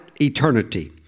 eternity